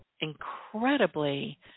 incredibly